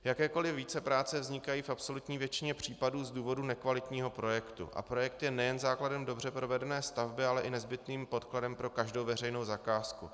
Jakékoli vícepráce vznikají v absolutní většině případů z důvodu nekvalitního projektu a projekt je nejen základem dobře provedené stavby, ale i nezbytným podkladem pro každou veřejnou zakázku.